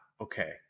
Okay